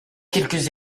quelques